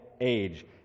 age